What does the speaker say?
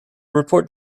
report